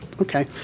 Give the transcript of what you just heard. Okay